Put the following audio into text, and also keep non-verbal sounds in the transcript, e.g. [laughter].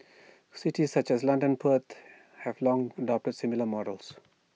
[noise] cities such as London pert have long adopted similar models